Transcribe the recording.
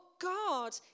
God